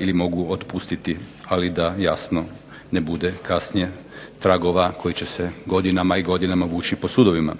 ili mogu otpustiti, ali da jasno ne bude kasnije tragova koji će se godinama i godinama vući po sudovima.